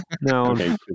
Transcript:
no